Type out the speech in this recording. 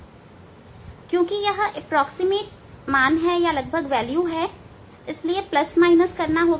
क्योंकि यह लगभग मान है इसलिए प्लस माइनस करना होगा